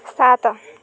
ସାତ